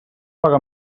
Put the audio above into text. paga